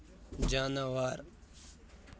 جاناوار